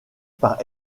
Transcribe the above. par